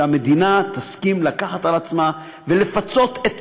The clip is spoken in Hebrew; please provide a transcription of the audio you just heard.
שהמדינה תסכים לקחת על עצמה לפצות את